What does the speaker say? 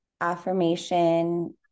affirmation